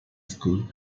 school